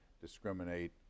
discriminate